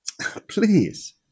please